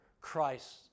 Christ